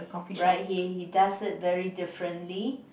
right he he does it very differently